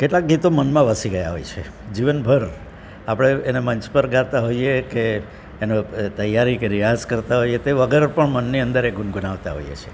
કેટલાંક ગીતો મનમાં વસી ગયાં હોય છે જીવનભર આપણે એને મંચ પર ગાતાં હોઈએ કે એનો તૈયારી કે રિયાઝ કરતાં હોઈએ તે વગર પણ મનની અંદર ગુનગુનાવતા હોઈએ છીએ